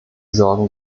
sorgen